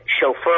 chauffeur